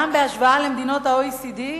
גם כן בהשוואה למדינות ה-OECD,